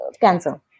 cancer